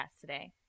today